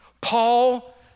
Paul